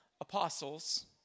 apostles